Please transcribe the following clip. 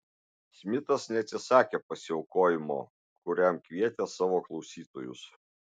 smitas neatsisakė pasiaukojimo kuriam kvietė savo klausytojus